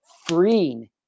freeing